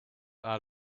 out